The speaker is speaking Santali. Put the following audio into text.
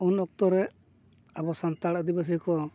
ᱩᱱ ᱚᱠᱛᱚᱨᱮ ᱟᱵᱚ ᱥᱟᱱᱛᱟᱲ ᱟᱹᱫᱤᱵᱟᱹᱥᱤ ᱠᱚ